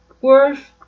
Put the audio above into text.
worth